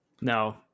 No